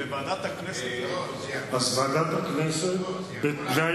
אז ועדת הכנסת, בסדר, בתנאי